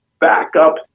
Backup